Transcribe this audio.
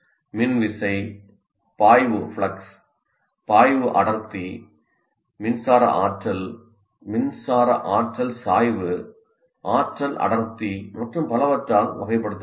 மின் விசை பாய்வு பாய்வு அடர்த்தி மின்சார ஆற்றல் மின்சார ஆற்றல் சாய்வு ஆற்றல் அடர்த்தி மற்றும் பலவற்றால் வகைப்படுத்தப்படுகிறது